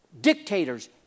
Dictators